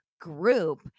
group